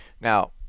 Now